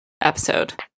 episode